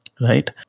right